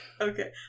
Okay